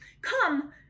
Come